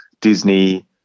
Disney